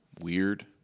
weird